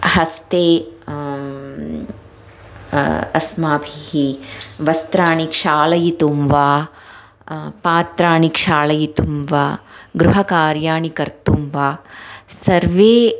हस्ते अस्माभिः वस्त्राणि क्षालयितुं वा पात्राणि क्षालयितुं वा गृहकार्याणि कर्तुं वा सर्वे